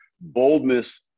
boldness